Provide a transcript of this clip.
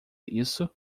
isso